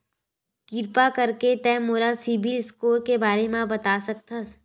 किरपा करके का तै मोला सीबिल स्कोर के बारे माँ बता सकथस?